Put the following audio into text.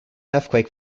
earthquake